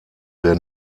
der